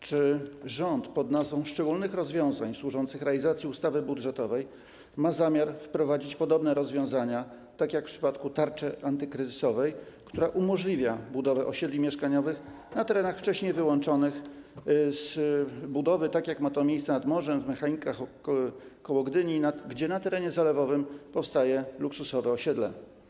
Czy rząd pod nazwą szczególnych rozwiązań służących realizacji ustawy budżetowej ma zamiar wprowadzić podobne rozwiązania, tak jak było to w przypadku tarczy antykryzysowej, która umożliwia budowę osiedli mieszkaniowych na terenach wcześniej wyłączonych z budowy, tak jak ma to miejsce nad morzem, w Mechelinkach koło Gdyni, gdzie na terenie zalewowym powstaje luksusowe osiedle.